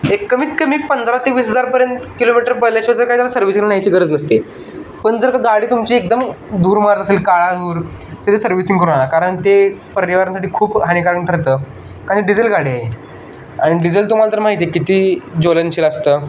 एक कमीत कमी पंधरा ते वीस हजारपर्यंत किलोमीटर पळल्याच्या जर काय जर सर्व्हिसिंग न्यायची गरज नसते पण जर का गाडी तुमची एकदम धूर मारत असेल काळा धूर तरी सर्व्हिसिंग करून आणा कारण ते पर्यावरणासाठी खूप हानिकारक ठरतं कारण की डिझेल गाडी आहे आणि डिझेल तुम्हाला तर माहिती आहे किती ज्वलनशील असतं